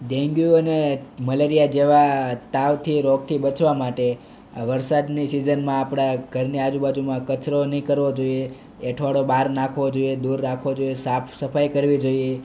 dengue અને malaria જેવા તાવથી રોગથી બચવા માટે આ વરસાદની સિઝનમાં આપણા ઘરની આજુબાજુમાં કચરો નહીં કરવો જોઈએ એંઠવાડ બહાર નાખવો જોઈએ દૂર રાખવો જોઈએ સાફ સફાઈ કરવી જોઈએ